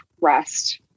rest